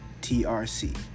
TRC